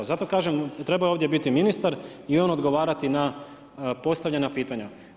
Zato kažem, trebao je ovdje biti ministar i on odgovarati na postavljena pitanja.